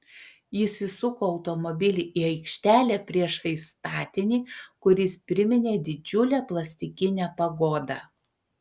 jis įsuko automobilį į aikštelę priešais statinį kuris priminė didžiulę plastikinę pagodą